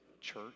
church